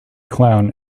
clown